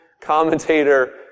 commentator